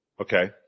Okay